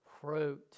fruit